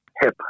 hip